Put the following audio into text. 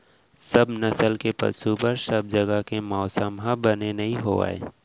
सब नसल के पसु बर सब जघा के मौसम ह बने नइ होवय